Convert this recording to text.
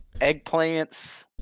eggplants